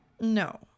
No